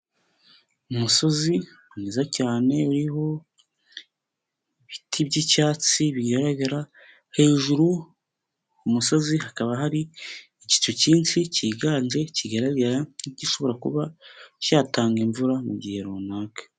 Umusozi mwiza cyane uriho ibiti by'icyatsi bigaragara, hejuru kumusozi hakaba hari igicu cyinshi cyiganje kigaragara gishobora kuba cyatanga imvura mu gihe runaka.